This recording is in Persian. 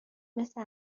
مثل